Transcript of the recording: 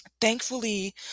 Thankfully